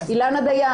אילנה דיין.